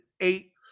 eight